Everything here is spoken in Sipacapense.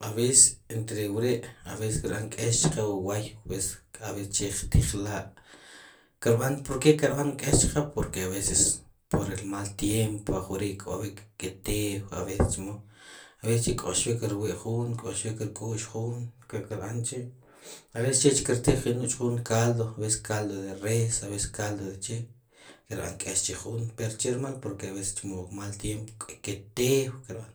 A veces entre wre', a veces kirb'an k'ex chqee wu wooy pues a veces che qtijla', kirb'an porque kirb'an k'ex chqee, porque a veces por el mal tiempo, ajk'ori' kk'ob'ik kee tew a veces chemo, a veces kq'oxwik rwi' jun, kq'oxwik rk'ux jun, ke kirb'an chi', a veces chech kr tij qi' nuch' jun caldo, a veces caldo de res, a veces caldo de che, kirb'an k'ex chi jun, pero chermaal, porque a veces che mal tiempo kee tew kirb'an,